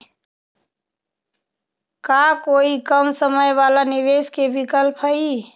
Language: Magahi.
का कोई कम समय वाला निवेस के विकल्प हई?